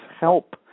Help